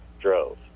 drove